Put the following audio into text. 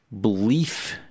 belief